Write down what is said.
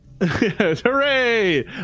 hooray